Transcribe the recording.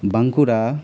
Bankura